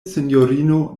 sinjorino